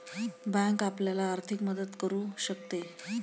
bank आपल्याला आर्थिक मदत करू शकते